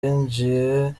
yinjiye